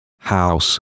house